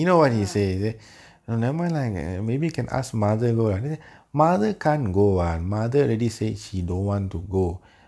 ah